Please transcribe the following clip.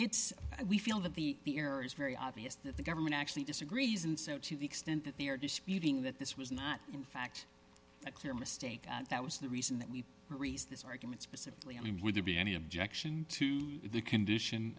it's we feel that the fear is very obvious that the government actually disagrees and so to the extent that they are disputing that this was not in fact a clear mistake that was the reason that we raised this argument specifically i mean would they be any objection to the condition